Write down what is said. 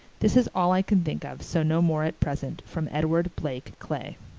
this is oll i can think of so no more at present from edward blake clay